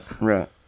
Right